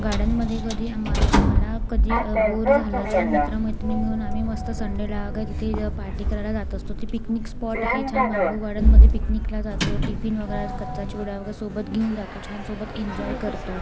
गार्डनमध्ये कधी आम्हा आम्हाला कधी बोअर झालं छान मित्रमैत्रिणी मिळून आम्ही मस्त संडेला अगातिथीजवळ पार्टी करायला जात असतो ते पिकनिक स्पॉट आहे छान बांबू गार्डनमध्ये पिकनिकला जातो टिफिन वगैरे कच्चा चिवडा वगैरे सोबत घेऊन जातो छान सोबत इन्जॉय करतो